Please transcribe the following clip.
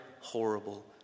horrible